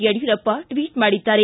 Yediyurappa tweet ಮಾಡಿದ್ದಾರೆ